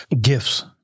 gifts